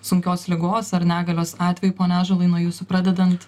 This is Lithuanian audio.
sunkios ligos ar negalios atveju pone ąžuolai nuo jūsų pradedant